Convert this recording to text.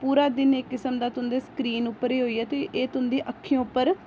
पूरा दिन इक किसम दा तुं'दे स्क्रीन उप्पर गै होई गेआ ते एह् तुं'दियें अक्खियें उप्पर